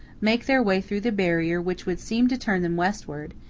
make their way through the barrier which would seem to turn them westward,